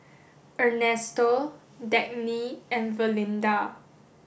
Ernesto Dagny and Valinda